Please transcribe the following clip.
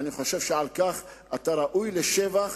אני חושב שעל כך אתה ראוי לשבח.